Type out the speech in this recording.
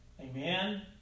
amen